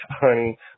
honey